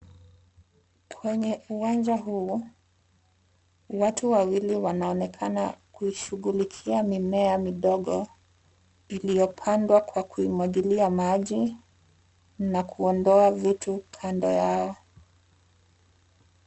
kwenye uwanja huo watu wawili wanaonekana kuishughulikia mimea midogo iliopandwa kwa kuimwakilia Maji na kuandoa vitu kando yao.